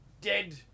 dead